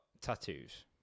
tattoos